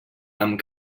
amb